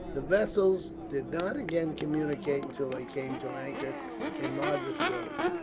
the vessels did not again communicate until they came to anchor in madras roads,